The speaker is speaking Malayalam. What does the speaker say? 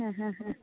ഹാ ഹാ ഹാ